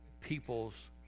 people's